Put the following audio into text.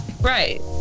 right